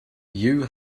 you